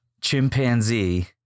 chimpanzee